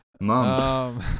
Mom